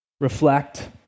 reflect